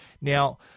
Now